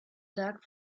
dark